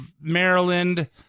Maryland